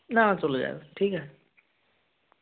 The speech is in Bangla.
না চলে যাবে ঠিক আছে